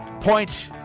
Point